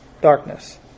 darkness